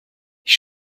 ich